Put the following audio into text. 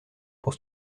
pour